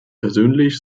persönlich